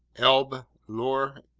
elbe, loire,